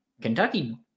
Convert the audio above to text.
Kentucky